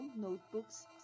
notebooks